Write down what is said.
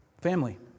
Family